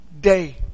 day